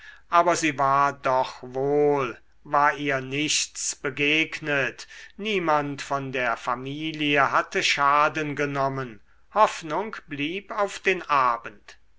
aber sie war doch wohl war ihr nichts begegnet niemand von der familie hatte schaden genommen hoffnung blieb auf den abend